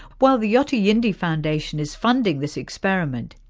while the yothu yindi foundation is funding this experiment,